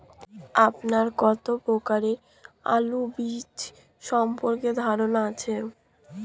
আপনার কত প্রকারের আলু বীজ সম্পর্কে ধারনা আছে?